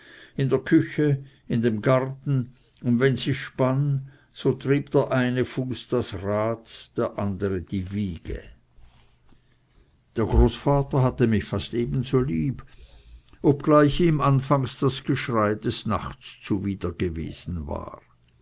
in der küche in dem garten und wenn sie spann so trieb der eine fuß das rad der andere die wiege der großvater hatte mich fast ebenso lieb obgleich ihm anfangs das geschrei des nachts zuwider gewesen war